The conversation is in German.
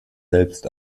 selbst